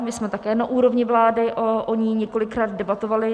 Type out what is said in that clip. My jsme také na úrovni vlády o ní několikrát debatovali.